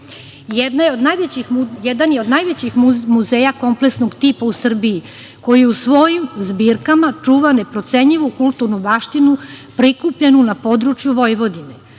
Jedan je od najvećih muzeja kompleksnog tipa u Srbiji koji u svojim zbirkama čuva neprocenjivu kulturnu baštinu prikupljenu na području Vojvodine.